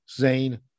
Zane